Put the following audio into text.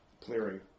clearing